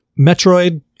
Metroid